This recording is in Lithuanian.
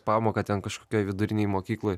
pamoką ten kažkokioj vidurinėj mokykloj